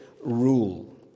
rule